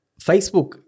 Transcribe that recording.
Facebook